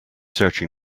searching